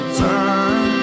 turn